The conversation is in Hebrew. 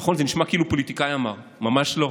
נכון, זה נשמע כאילו פוליטיקאי אמר, ממש לא,